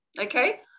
okay